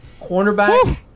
cornerback